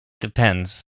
depends